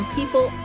people